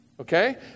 Okay